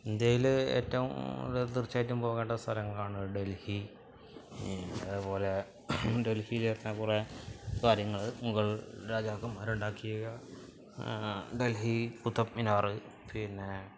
ഇന്ത്യയിൽ ഏറ്റവും തീർച്ചയായിട്ടും പോകേണ്ട സ്ഥലങ്ങളാണ് ഡൽഹി അതേപോലെ ഡൽഹിയിൽ തന്നെ കുറേ കാര്യങ്ങൾ മുഗൾ രാജാക്കന്മാരുണ്ടാക്കിയ ഡൽഹി ഖുത്ബ് മിനാർ പിന്നെ